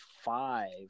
five